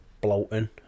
bloating